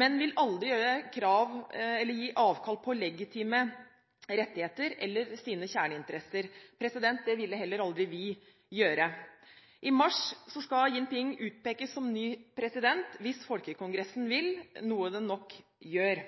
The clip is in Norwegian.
men at de aldri vil gi avkall på legitime rettigheter eller sine kjerneinteresser. Det ville heller aldri vi gjøre. I mars skal Jinping utpekes som ny president hvis Folkekongressen vil, noe den nok gjør.